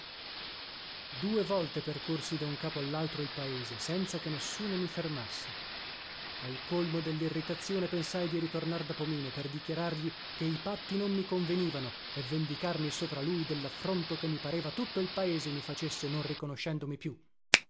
due volte percorsi da un capo allaltro il paese senza che nessuno mi fermasse al colmo dellirritazione pensai di ritornar da pomino per dichiarargli che i patti non mi convenivano e vendicarmi sopra lui dellaffronto che mi pareva tutto il paese mi facesse non riconoscendomi più